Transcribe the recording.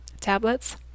tablets